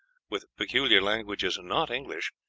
with peculiar languages not english,